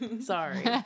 Sorry